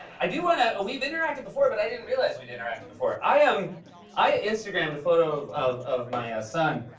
i do want to we've interacted before, but i didn't realize we'd interacted before. i um i instagramed a photo of of my ah son,